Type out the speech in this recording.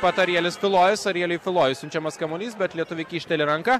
arielius filojus arieliui filojui siunčiamas kamuolys bet lietuviai kyšteli ranka